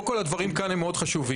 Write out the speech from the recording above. קודם כל, הדברים כאן הם מאוד חשובים.